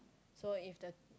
so if the